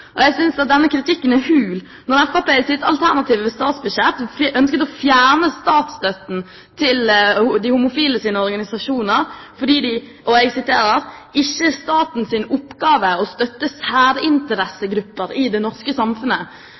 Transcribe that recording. privatskoler. Jeg synes denne kritikken er hul, når Fremskrittspartiet i sitt alternative statsbudsjett ønsket å fjerne statsstøtten til de homofiles organisasjoner fordi det ikke er statens oppgave å støtte særinteressegrupper i det norske samfunnet.